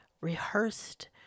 rehearsed